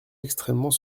extrêmement